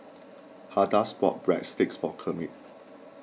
Hadassah bought Breadsticks for Kermit